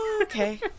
Okay